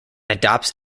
adopts